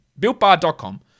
Builtbar.com